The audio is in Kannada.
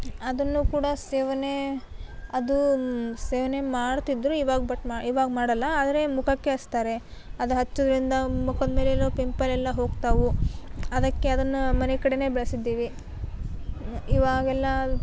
ಅದನ್ನು ಕೂಡ ಸೇವನೆ ಅದು ಸೇವನೆ ಮಾಡ್ತಿದ್ದರು ಇವಾಗ ಬಟ್ ಮ್ ಇವಾಗ ಮಾಡೋಲ್ಲ ಆದರೆ ಮುಖಕ್ಕೆ ಹಚ್ತಾರೆ ಅದು ಹಚ್ಚುವುದ್ರಿಂದ ಮುಖದ ಮೇಲೆಲ್ಲ ಪಿಂಪಲ್ಲೆಲ್ಲ ಹೋಗ್ತವು ಅದಕ್ಕೆ ಅದನ್ನು ಮನೆ ಕಡೆಯೇ ಬೆಳೆಸಿದ್ದೀವಿ ಇವಾಗೆಲ್ಲ